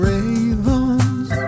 Ravens